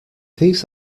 these